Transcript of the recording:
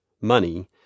money